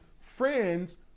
friends